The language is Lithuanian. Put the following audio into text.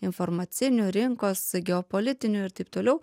informacinių rinkos geopolitinių ir taip toliau